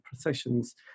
processions